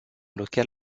local